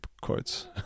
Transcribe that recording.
quotes